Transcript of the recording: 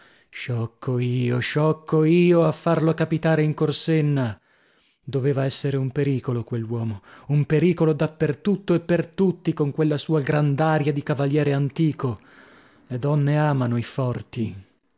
sciocco io sciocco io a farlo capitare in corsenna doveva essere un pericolo quell'uomo un pericolo da per tutto e per tutti con quella sua grand'aria di cavaliere antico le donne amano i forti